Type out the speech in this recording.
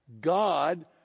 God